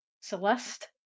Celeste